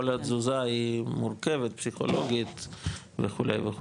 כל תזוזה היא מורכבת פסיכולוגית וכו' וכו'.